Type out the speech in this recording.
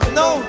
no